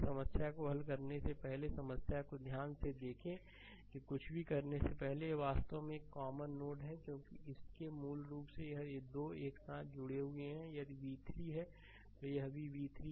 समस्या को हल करने से पहले समस्या को ध्यान से देखें कुछ भी करने से पहले यह वास्तव में एक कॉमन नोड है क्योंकि इसके मूल रूप से ये 2 एक साथ जुड़े हुए हैं यदि यह v3 है तो यह भी v3 है